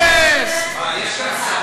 אבל יש כאן שרה.